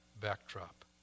backdrop